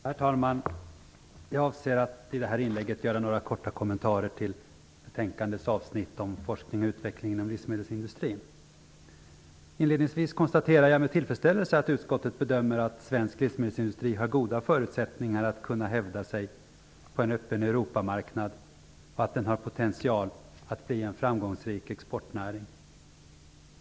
Herr talman Jag avser att i detta inlägg göra några korta kommentarer till betänkandets avsnitt Inledningsvis konstaterar jag med tillfredsställelse att utskottet bedömer att svensk livsmedelsindustri har goda förutsättningar att kunna hävda sig på en öppen Europamarknad och att den har potential att bli en framgångsrik exportnäring.